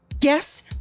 Yes